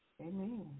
Amen